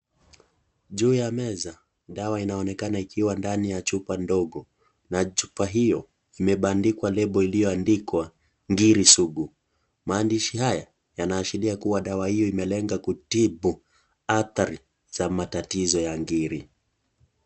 Juu ya meza, dawa inaonekana ikiwa ndani ya chupa ndogo. Na chupa hiyo, imebandikwa lebo iliyoandikwa, ngiri sugu. Maandishi haya, yanaashiria kuwa dawa iyo imelenga kutibu athari za matatizo ya ngiri.